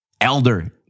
elder